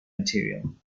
material